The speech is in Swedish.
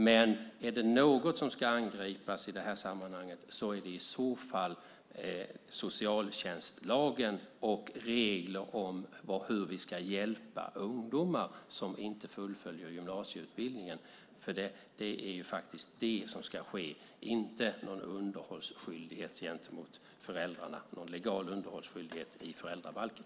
Men är det något som ska angripas i detta sammanhang är det i så fall socialtjänstlagen och reglerna om hur vi ska hjälpa ungdomar som inte fullföljer gymnasieutbildningen. Det är det som ska ske, inte någon legal underhållsskyldighet i föräldrabalken.